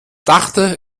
dachte